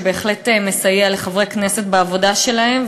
שבהחלט מסייע לחברי הכנסת בעבודתם.